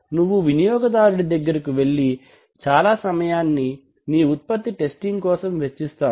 నువ్వు వినియోగదారుడి దగ్గరకు వెళ్ళి చాలా సమయాన్ని నీ ఉత్పత్తి టెస్టింగ్ కోసం వెచ్చిస్తాము